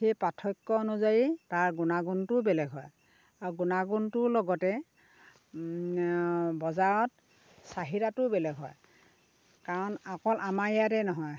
সেই পাৰ্থক্য অনুযায়ী তাৰ গুণাগুণটোও বেলেগ হয় আৰু গুণাগুণাটোৰ লগতে বজাৰত চাহিদাটোও বেলেগ হয় কাৰণ অকল আমাৰ ইয়াতে নহয়